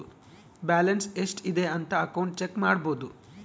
balance ಎಷ್ಟ್ ಇದೆ ಅಂತ ಅಕೌಂಟ್ ಚೆಕ್ ಮಾಡಬೋದು